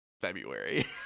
February